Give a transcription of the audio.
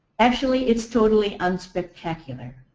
actually, it's totally unspectacular.